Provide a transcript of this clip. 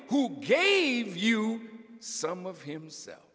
who gave you some of himself